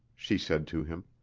she said to him.